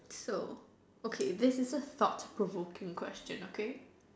so okay this is a thought provoking question okay